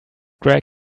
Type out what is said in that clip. greg